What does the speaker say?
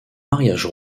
mariage